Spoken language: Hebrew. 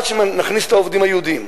עד שנכניס את העובדים היהודים,